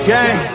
Gang